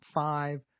five